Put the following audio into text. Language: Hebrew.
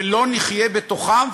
ולא נחיה בתוכם,